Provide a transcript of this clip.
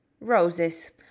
Roses